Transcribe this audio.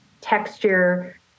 texture